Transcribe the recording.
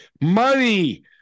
money